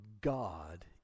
God